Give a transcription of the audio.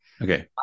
okay